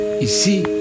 ici